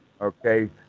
okay